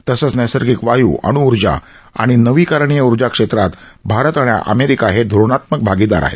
तसंच नैसर्गिक वायू अण्ऊर्जा आणि नवीकरणीय ऊर्जा क्षेत्रात भारत आणि अमेरिका हे धोरणात्मक भागीदार आहेत